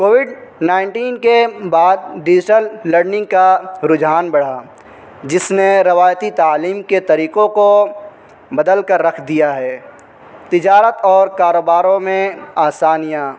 Covid nineteen کے بعد digital learning کا رجحان بڑھا جس نے روایتی تعلیم کے طریقوں کو بدل کر رکھ دیا ہے تجارت اور کاروباروں میں آسانیاں